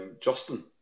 Justin